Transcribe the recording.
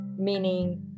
Meaning